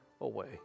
away